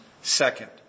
second